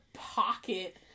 Pocket